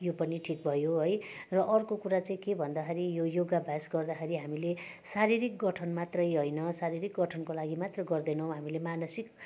यो पनि ठिक भयो है र अर्को कुरा चाहिँ के भन्दाखेरि यो योगा अभ्यास गर्दाखेरि हामीले शारीरिक गठन मात्रै होइन शारीरिक गठनको लागि मात्र गर्दैनौँ हामीले मानसिक